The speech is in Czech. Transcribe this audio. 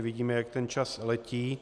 Vidíme, jak ten čas letí.